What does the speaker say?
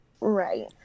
Right